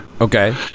Okay